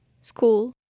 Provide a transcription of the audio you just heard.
school